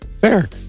Fair